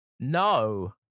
No